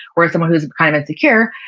whereas someone whose kind of insecure,